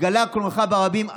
התגלה קלונך ברבים.